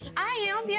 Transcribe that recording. i am, yeah,